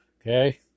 Okay